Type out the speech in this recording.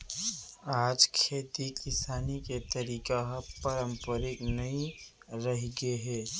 आज खेती किसानी के तरीका ह पारंपरिक नइ रहिगे हे